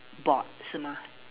board 是吗